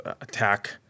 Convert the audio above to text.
attack